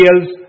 else